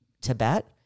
Tibet